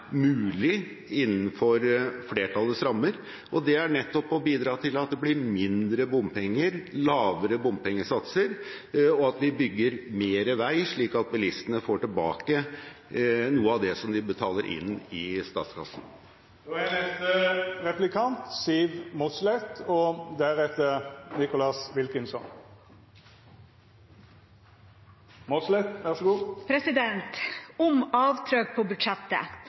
mulig innenfor flertallets rammer, og det er nettopp å bidra til at det blir mindre bompenger, lavere bompengesatser, og at vi bygger mer vei, slik at bilistene får tilbake noe av det som de betaler inn til statskassen. Om avtrykk på budsjettet: